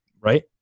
Right